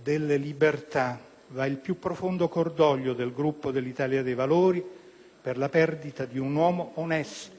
della Libertà va il più profondo cordoglio del Gruppo dell'Italia dei Valori per la perdita di un uomo onesto,